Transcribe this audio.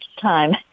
time